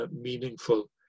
meaningful